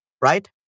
right